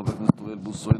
חבר הכנסת אוריאל בוסו,